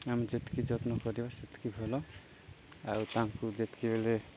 ଆମେ ଯେତିକି ଯତ୍ନ କରିବା ସେତିକି ଭଲ ଆଉ ତାଙ୍କୁ ଯେତିକି ବେଳେ